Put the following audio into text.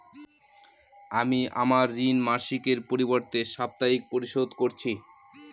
আমি আমার ঋণ মাসিকের পরিবর্তে সাপ্তাহিক পরিশোধ করছি